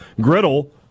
griddle